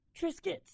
Triscuits